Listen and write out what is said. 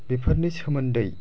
बेफोरनि सोमोन्दै